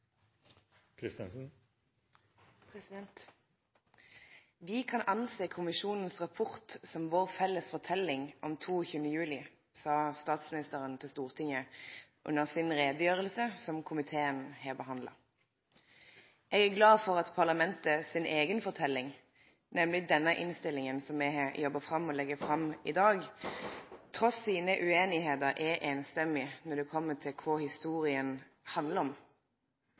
sa statsministeren i Stortinget at me kan sjå på kommisjonen sin rapport som vår felles forteljing om 22. juli. Eg er glad for at parlamentet si eiga forteljing, nemleg denne innstillinga som me har jobba fram, og legg fram i dag, trass i sine ueinigheiter, er samrøystes når det kjem til kva historia handlar om;